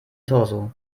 torso